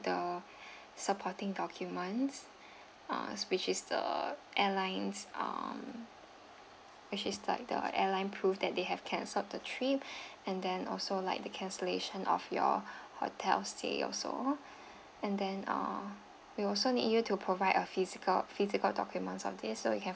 the supporting documents uh which is the airlines' um which is like the airline proof that they have cancelled the trip and then also like the cancellation of your hotel stay also and then uh we also need you to provide a physical physical documents of this so you can